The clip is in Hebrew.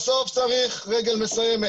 בסוף צריך רגל מסיימת.